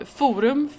forum